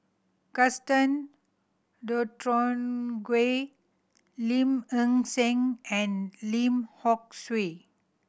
Gaston Dutronquoy Lim Ng Seng and Lim Hock Siew